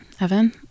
Evan